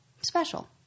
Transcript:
special